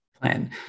plan